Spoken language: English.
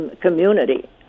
community